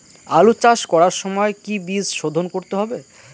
আলু চাষ করার সময় কি বীজ শোধন করতে হবে?